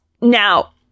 Now